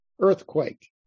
earthquake